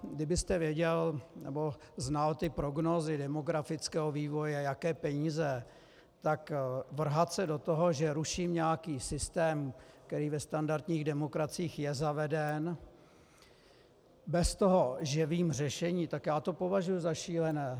Kdybyste věděl nebo znal ty prognózy demografického vývoje, jaké peníze, tak vrhat se do toho, že ruším nějakým systém, který ve standardních demokraciích je zaveden, bez toho, že vím řešení, tak já to považuji za šílené.